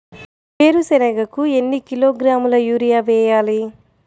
వేరుశనగకు ఎన్ని కిలోగ్రాముల యూరియా వేయాలి?